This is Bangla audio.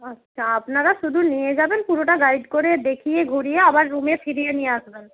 আচ্ছা আপনারা শুধু নিয়ে যাবেন পুরোটা গাইড করে দেখিয়ে ঘুরিয়ে আবার রুমে ফিরিয়ে নিয়ে আসবেন